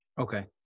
Okay